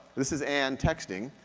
this is ann texting,